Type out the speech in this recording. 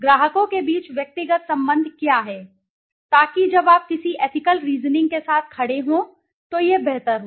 ग्राहकों के बीच व्यक्तिगत संबंध क्या है ताकि जब आप किसी एथिकल रीज़निंग के साथ खड़े हों तो यह बेहतर हो